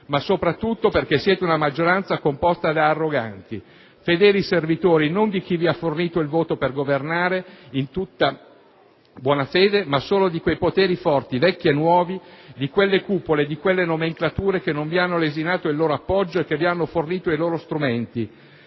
ma soprattutto perché siete una maggioranza composta da arroganti, fedeli servitori non di chi vi ha fornito il voto per governare, in tutta buona fede, ma solo di quei poteri forti, vecchi e nuovi, di quelle cupole e di quelle nomenclature che non vi hanno lesinato il loro appoggio, e che vi hanno fornito i loro strumenti